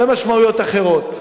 ומשמעויות אחרות.